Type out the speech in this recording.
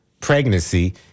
pregnancy